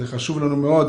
זה חשוב לנו מאוד,